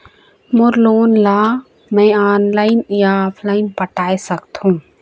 मोर loan ला मैं online या ऑफलाइन पटाए सकथों?